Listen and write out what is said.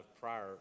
prior